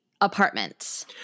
apartment